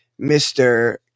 Mr